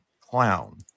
clown